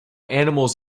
animals